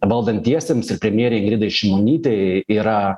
valdantiesiems ir premjerei ingridi šimonytei yra